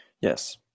Yes